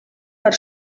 per